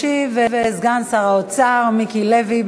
ישיב סגן שר האוצר מיקי לוי.